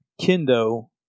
kendo